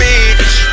Bitch